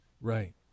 right